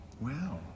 Wow